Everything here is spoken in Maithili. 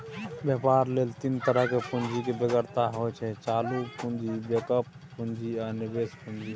बेपार लेल तीन तरहक पुंजीक बेगरता होइ छै चालु पुंजी, बैकअप पुंजी आ निबेश पुंजी